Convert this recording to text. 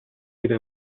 deve